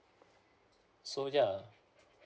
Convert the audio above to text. so yeah